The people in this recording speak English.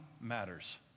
matters